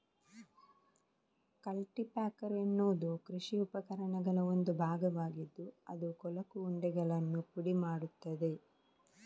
culti packer ಎನ್ನುವುದು ಕೃಷಿ ಉಪಕರಣಗಳ ಒಂದು ಭಾಗವಾಗಿದ್ದು ಅದು ಕೊಳಕು ಉಂಡೆಗಳನ್ನು ಪುಡಿ ಮಾಡುತ್ತದೆ